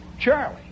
Charlie